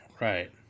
right